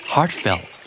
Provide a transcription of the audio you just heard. Heartfelt